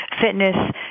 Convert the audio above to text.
fitness